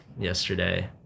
yesterday